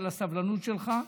על הסבלנות שלך,